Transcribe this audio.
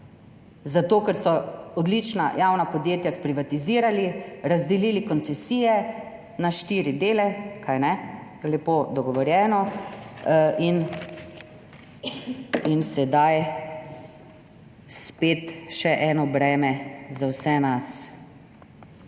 zato ker so odlična javna podjetja sprivatizirali, razdelili koncesije na štiri dele, lepo dogovorjeno, in sedaj spet še eno breme za vse nas, ki se ga